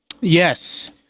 Yes